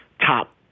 top